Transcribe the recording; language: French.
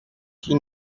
qui